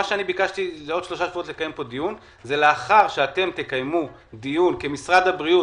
בעוד שלושה שבועות לקיים פה דיון לאחר שאתם תקיימו דיון כמשרד הבריאות,